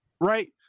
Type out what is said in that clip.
right